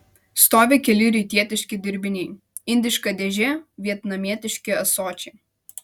stovi keli rytietiški dirbiniai indiška dėžė vietnamietiški ąsočiai